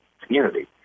community